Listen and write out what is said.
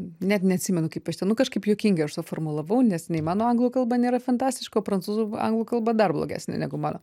net neatsimenu kaip aš ten nu kažkaip juokingai aš suformulavau nes nei mano anglų kalba nėra fantastiška o prancūzų anglų kalba dar blogesnė negu mano